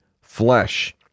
flesh